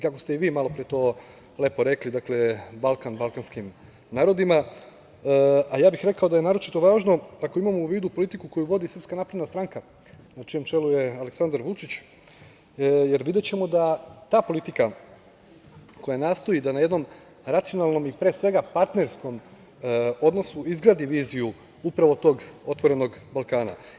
Kako ste i vi malopre to lepo rekli, dakle, Balkan balkanskim narodima, a rekao bih da je naročito važno ako imamo u vidu koju vodi SNS, na čijem čelu je Aleksandar Vučić, jer videćemo da ta politika koja nastoji da na jednom racionalnom i pre svega partnerskom odnosu izgradi viziju upravo tog otvorenog Balkana.